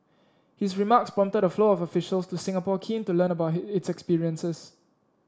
his remarks prompted a flow of official to Singapore keen to learn about its experiences